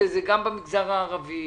זה גם במגזר הערבי,